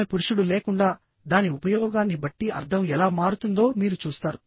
ఆమె పురుషుడు లేకుండా దాని ఉపయోగాన్ని బట్టి అర్థం ఎలా మారుతుందో మీరు చూస్తారు